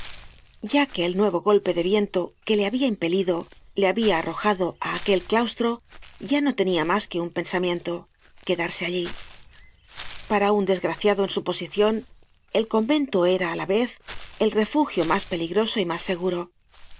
ya que el nuevo golpe de viento que le habia impelido le había arrojado á aquel claustro ya no tenia mas que un pensamiento quedarse allí para un desgraciado en su posicion el convento era á la vez el refugio mas peligroso y mas seguro